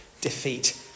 defeat